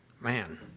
Man